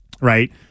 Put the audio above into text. right